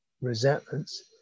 resentments